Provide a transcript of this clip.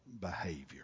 behavior